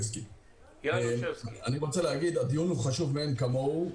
אני רוצה להגיד שהדיון הוא חשוב מאין כמוהו,